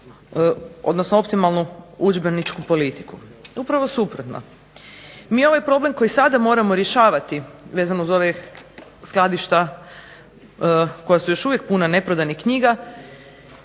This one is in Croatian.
odnosno optimalnu udžbeničku politiku. Upravno suprotno. MI ovaj problem koji sada moramo rješavati vezano za ova skladišta koja su još uvijek puna neprodanih knjiga